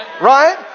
Right